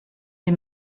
des